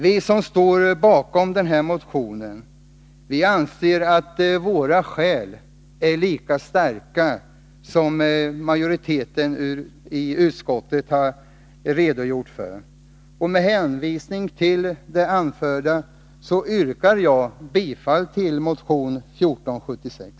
Vi som står bakom den här motionen anser att våra skäl är lika starka som de majoriteten i utskottet har redovisat. Med hänvisning till det anförda yrkar jag bifall till motion 1476.